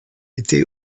était